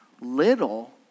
Little